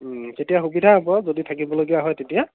তেতিয়া সুবিধা হ'ব যদি থাকিবলগীয়া হয় তেতিয়া